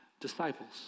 disciples